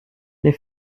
les